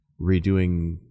redoing